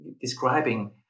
describing